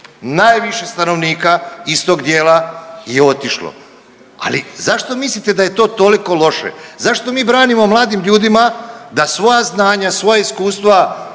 Najviše stanovnika iz tog dijela je otišlo, ali zašto mislite da je to toliko loše, zašto mi branimo mladim ljudima da svoja znanja, svoja iskustva